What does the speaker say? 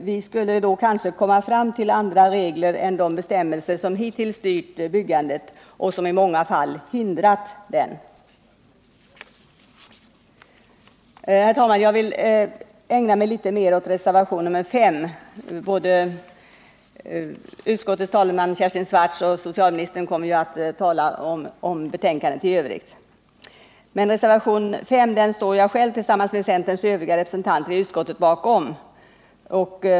.Vi skulle då kanske komma fram till andra regler än de bestämmelser som hittills har styrt byggandet och som i många fall har hindrat det. Herr talman! Jag vill ägna mig litet mer åt reservation nr 5. Både utskottets talesman Kersti Swartz och socialministern kommer att tala om betänkandet i övrigt. Reservation nr 5 står jag tillsammans med centerns övriga representanter i utskottet bakom.